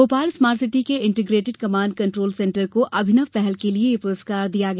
Bhopal smart city के integrated command control centre को अभिनव पहल के लिए यह पुरस्कार दिया गया